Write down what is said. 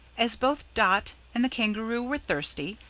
as both dot and the kangaroo were thirsty,